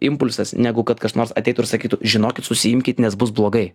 impulsas negu kad kas nors ateitų ir sakytų žinokit susiimkit nes bus blogai